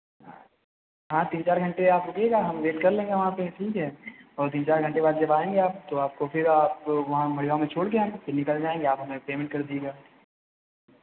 हाँ तीन चार घंटे आप रुकिएगा हम वेट कर लेंगे वहाँ पे ठीक है और तीन चार घंटे बाद जब आएँगे आप तो आपको फिर आप वहाँ मढ़ियांव में छोड़ के आएँगे फिर निकल जाएँगे आप हमें पेमेंट कर दीजिएगा